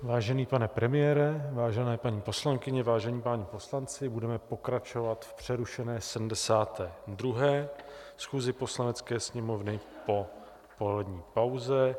Vážený pane premiére, vážené paní poslankyně, vážení páni poslanci, budeme pokračovat v přerušené 72. schůzi Poslanecké sněmovny po polední pauze.